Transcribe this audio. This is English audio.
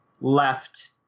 left